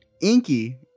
Inky